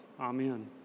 Amen